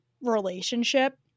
relationship